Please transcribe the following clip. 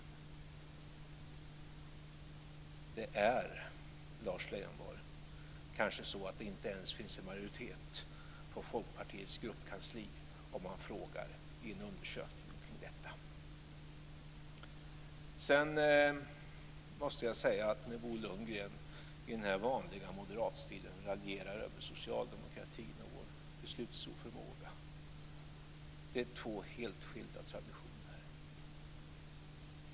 Det är, Lars Leijonborg, kanske så att det inte finns en majoritet för detta ens på Folkpartiets gruppkansli om man ställer en sådan fråga i en undersökning. Jag måste, när Bo Lundgren i den här vanliga moderatstilen raljerar över socialdemokratin och vår beslutsoförmåga, säga att det handlar om två helt skilda traditioner.